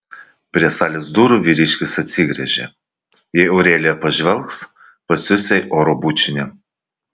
prie salės durų vyriškis atsigręžė jei aurelija pažvelgs pasiųs jai oro bučinį